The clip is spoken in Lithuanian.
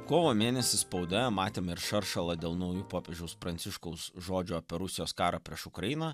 kovo mėnesį spaudoje matėme ir šaršalą dėl naujų popiežiaus pranciškaus žodžių apie rusijos karą prieš ukrainą